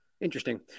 Interesting